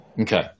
Okay